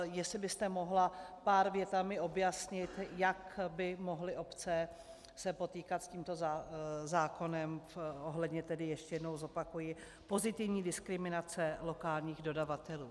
Jestli byste mohla pár větami objasnit, jak by se mohly obce potýkat s tímto zákonem ohledně, ještě jednou zopakuji, pozitivní diskriminace lokálních dodavatelů.